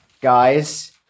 guys